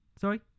sorry